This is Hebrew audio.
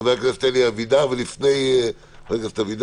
חבר הכנסת אבידר, בבקשה.